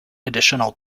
additional